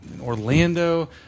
orlando